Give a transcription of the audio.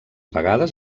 vegades